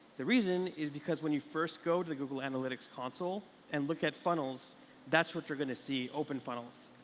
the reason is because when you first go to the google analytics console and look at funnels that's what you're going to see, open funnels.